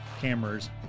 cameras